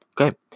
Okay